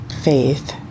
faith